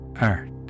Art